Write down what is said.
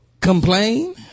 complain